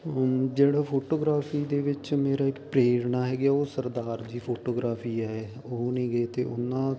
ਜਿਹੜਾ ਫੋਟੋਗ੍ਰਾਫੀ ਦੇ ਵਿੱਚ ਮੇਰਾ ਇੱਕ ਪ੍ਰੇਰਣਾ ਹੈਗਾ ਉਹ ਸਰਦਾਰ ਜੀ ਫੋਟੋਗ੍ਰਾਫੀ ਹੈ ਉਹ ਨਹੀਂ ਗੇ ਅਤੇ